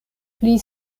pli